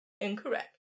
Incorrect